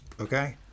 Okay